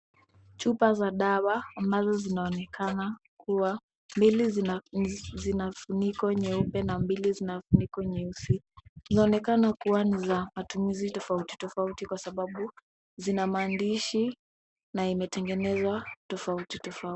Chupa za dawa ambazo zinaonekana kuwa mbili zina kifuniko nyeupe na mbili zina kifuniko nyeusi. Zinaonekana kuwa ni za matumizi tofauti tofauti kwa sababu zina maandishi tofauti na pia imetengenezwa tofauti tofauti.